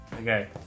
Okay